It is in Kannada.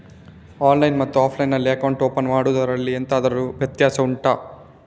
ಆನ್ಲೈನ್ ಮತ್ತು ಆಫ್ಲೈನ್ ನಲ್ಲಿ ಅಕೌಂಟ್ ಓಪನ್ ಮಾಡುವುದರಲ್ಲಿ ಎಂತಾದರು ವ್ಯತ್ಯಾಸ ಉಂಟಾ